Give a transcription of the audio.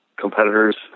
competitors